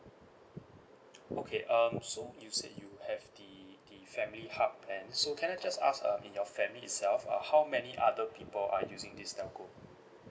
okay um so you said you have the the family hub plan so can I just ask um in your family itself uh how many other people are using this telco